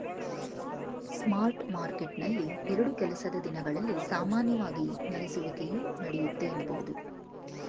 spot ಮಾರ್ಕೆಟ್ನಲ್ಲಿ ಎರಡು ಕೆಲಸದ ದಿನಗಳಲ್ಲಿ ಸಾಮಾನ್ಯವಾಗಿ ನೆಲೆಸುವಿಕೆಯು ನಡೆಯುತ್ತೆ ಎನ್ನಬಹುದು